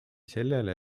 sellele